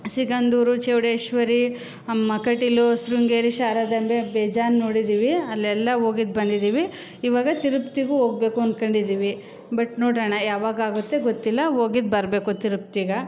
ಸಿಗಂಧೂರು ಚೌಡೇಶ್ವರಿ ಅಮ್ಮ ಕಟೀಲು ಶೃಂಗೇರಿ ಶಾರದಾಂಬೆ ಬೇಜಾನ್ ನೋಡಿದ್ದೀವಿ ಅಲ್ಲೆಲ್ಲ ಹೋಗಿದ್ದು ಬಂದಿದ್ದೀವಿ ಇವಾಗ ತಿರುಪತಿಗೂ ಹೋಗ್ಬೇಕು ಅಂದ್ಕೊಂಡಿದ್ದೀವಿ ಬಟ್ ನೋಡೋಣ ಯಾವಾಗ ಆಗುತ್ತೆ ಗೊತ್ತಿಲ್ಲ ಹೋಗಿದ್ದು ಬರಬೇಕು ತಿರುಪ್ತಿಗೆ